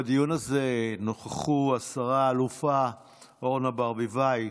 בדיון הזה נכחו השרה האלופה אורנה ברביבאי,